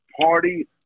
party